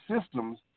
systems